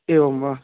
एवं वा